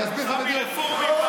שם לי רפורמים,